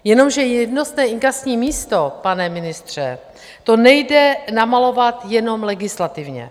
Jenomže jednotné inkasní místo, pane ministře, to nejde namalovat jenom legislativně.